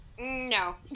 no